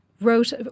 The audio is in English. wrote